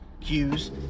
cues